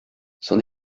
son